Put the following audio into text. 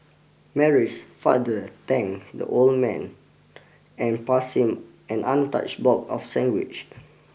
Mary's father thank the old man and passed him an untouched box of sandwiches